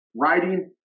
writing